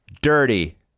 Dirty